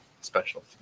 special